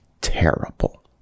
terrible